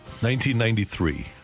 1993